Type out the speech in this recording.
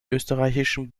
österreichischen